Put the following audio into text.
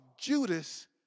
Judas